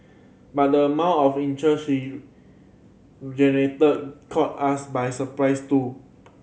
but the amount of interest she generated caught us by surprise too